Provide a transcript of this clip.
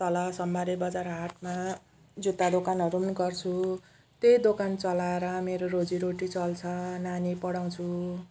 तल सोमबारे बजार हाटमा जुत्ता दोकानहरू नि गर्छु त्यही दोकान चलाएर मेरो रोजी रोटी चल्छ नानी पढाउँछु